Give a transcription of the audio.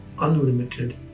unlimited